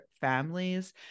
families